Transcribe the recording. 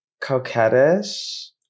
Coquettish